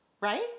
right